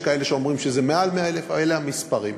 יש כאלה שאומרים שזה מעל 100,000. אלה המספרים.